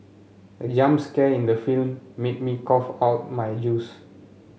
the jump scare in the film made me cough out my juice